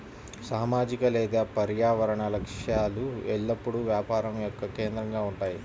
సామాజిక లేదా పర్యావరణ లక్ష్యాలు ఎల్లప్పుడూ వ్యాపారం యొక్క కేంద్రంగా ఉంటాయి